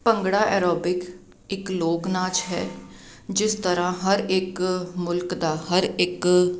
bhangra aerobic ਇੱਕ ਲੋਕ ਨਾਚ ਹੈ ਜਿਸ ਤਰ੍ਹਾਂ ਹਰ ਇੱਕ ਮੁਲਕ ਦਾ ਹਰ ਇੱਕ